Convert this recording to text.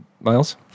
Miles